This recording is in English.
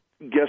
guess